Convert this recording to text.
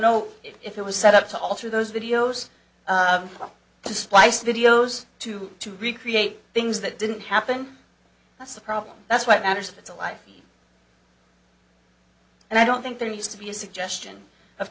know if it was set up to alter those videos to spice videos to to recreate things that didn't happen that's a problem that's what matters if it's a life and i don't think there needs to be a suggestion of